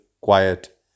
quiet